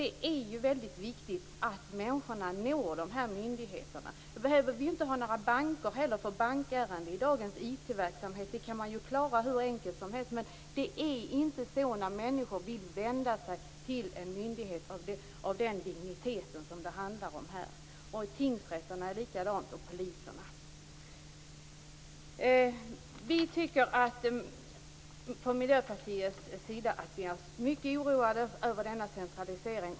Det är väldigt viktigt att människorna når dessa myndigheter. Vi skulle inte heller behöva några banker. Bankärenden kan man med dagens IT-verksamhet klara hur enkelt som helst. Men det är inte så när människor vill vända sig till en myndighet med den dignitet som det här handlar om. Det är samma sak med tingsrätterna och polisen. Vi är från Miljöpartiets sida mycket oroade över denna centralisering.